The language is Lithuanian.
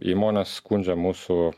įmonė skundžia mūsų